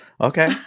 Okay